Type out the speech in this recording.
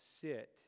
sit